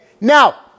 Now